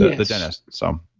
the dentist so